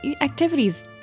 activities